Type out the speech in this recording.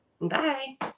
Bye